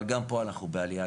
אבל גם פה אנחנו בעלייה.